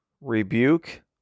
rebuke